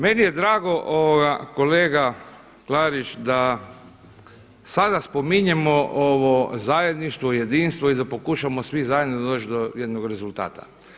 Meni je drago kolega Klarić da sada spominjemo ovo zajedništvo, jedinstvo i da pokušamo svi zajedno doći do jednog rezultata.